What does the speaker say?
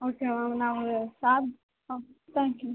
okay ma'am ನಾವು ಹಾಂ thank you